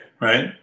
right